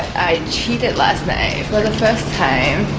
i cheated last night for the first time.